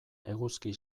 eguzki